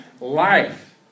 Life